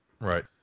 Right